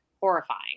horrifying